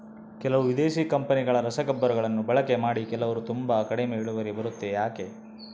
ಕೆಲವು ವಿದೇಶಿ ಕಂಪನಿಗಳ ರಸಗೊಬ್ಬರಗಳನ್ನು ಬಳಕೆ ಮಾಡಿ ಕೆಲವರು ತುಂಬಾ ಕಡಿಮೆ ಇಳುವರಿ ಬರುತ್ತೆ ಯಾಕೆ?